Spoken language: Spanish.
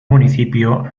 municipio